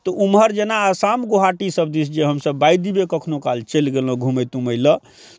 तऽ ओम्हर जेना आसाम गौहाटी सभ दिस जे हमसभ बाइ दी वे कखनहु काल चलि गेलहुँ घूमै तूमै लेल